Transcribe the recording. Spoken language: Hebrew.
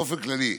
באופן כללי,